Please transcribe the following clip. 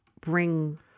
bring